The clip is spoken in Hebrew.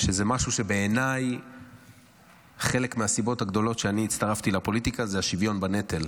אחת הסיבות הגדולות שאני הצטרפתי לפוליטיקה זה השוויון בנטל,